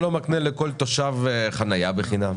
צריך להעמיק לחשוב בתוך העניין הזה.